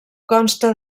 consta